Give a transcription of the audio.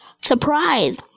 surprise